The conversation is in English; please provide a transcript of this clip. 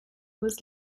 was